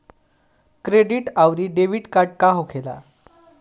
Credit आउरी debit card का होखेला?